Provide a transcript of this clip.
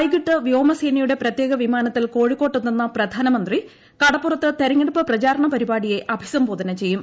വൈകിട്ട് വ്യോമസേനയുടെ പ്രത്യേക വിമാന്നത്തിൽ കോഴിക്കോടെത്തുന്ന പ്രധാനമന്ത്രി കടപ്പുറത്ത് തിരഞ്ഞെടുപ്പ് പ്രചാരണ പരിപാടിയെ അഭിസംബോധന ചെയ്യും